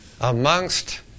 amongst